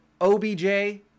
OBJ